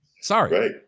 Sorry